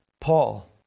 Paul